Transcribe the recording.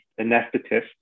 anesthetist